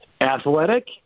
athletic